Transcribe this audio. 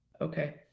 Okay